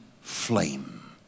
flame